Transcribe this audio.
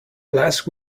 last